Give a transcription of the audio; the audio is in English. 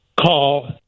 call